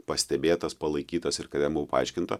pastebėtas palaikytas ir kad jam buvo paaiškinta